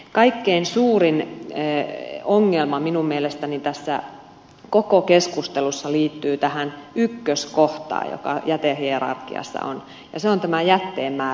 kaikkein suurin ongelma minun mielestäni tässä koko keskustelussa liittyy jätehierarkiassa tähän ykköskohtaan ja se on tämä jätteen määrän vähentäminen